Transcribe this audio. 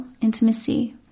intimacy